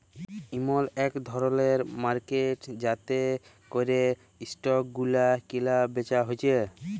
ইমল ইক ধরলের মার্কেট যাতে ক্যরে স্টক গুলা ক্যালা বেচা হচ্যে